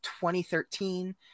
2013